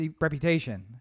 reputation